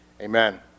Amen